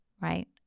right